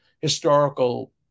historical